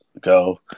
go